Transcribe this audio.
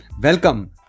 welcome